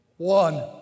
One